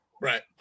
Right